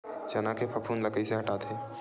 चना के फफूंद ल कइसे हटाथे?